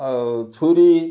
ଆଉ ଛୁରୀ